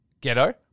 Ghetto